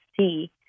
see